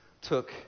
took